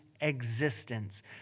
existence